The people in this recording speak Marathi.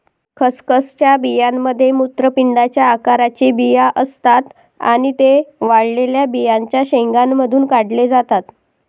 खसखसच्या बियांमध्ये मूत्रपिंडाच्या आकाराचे बिया असतात आणि ते वाळलेल्या बियांच्या शेंगांमधून काढले जातात